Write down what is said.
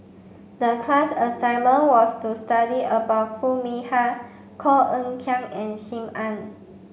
the class assignment was to study about Foo Mee Har Koh Eng Kian and Sim Ann